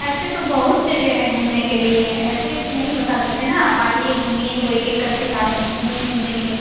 ऐसे तो बहुत जगह है घूमने के लिए ऐसे एक नहीं बता सकते है ना आप आइए घूमिए तो एक एक करके सारा बना देंगे